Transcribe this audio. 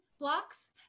Blocks